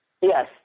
Yes